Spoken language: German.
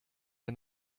der